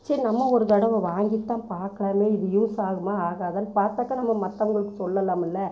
சரி நம்ம ஒரு தடவை வாங்கித்தான் பார்க்கலாமே இது யூஸ் ஆகுமா ஆகாதான்னு பார்த்தாக்க நம்ம மற்றவங்களுக்கு சொல்லலாமுல்ல